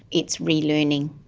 it's relearning.